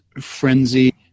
frenzy